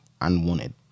unwanted